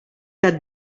that